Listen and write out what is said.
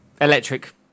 Electric